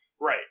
Right